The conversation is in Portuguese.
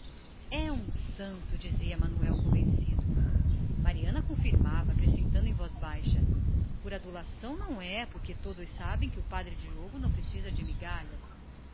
um santo homem dizia manuel convencido mariana confirmava acrescentando em voz baixa por adulação não é coitado todos sabem que o padre diogo não precisa de migalhas